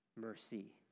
mercy